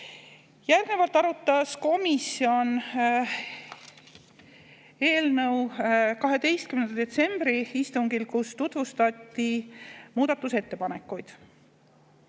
Järgnevalt arutas komisjon eelnõu 12. detsembri istungil, kus tutvustati muudatusettepanekuid.